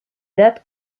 dates